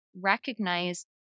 recognize